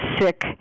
sick